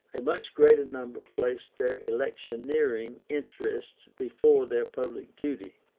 a much greater number placed their electioneering interests before their public duty.